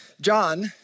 John